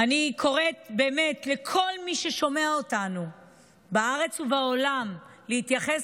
אני קוראת לכל מי ששומע אותנו בארץ ובעולם להתייחס